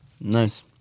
Nice